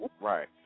right